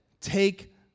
take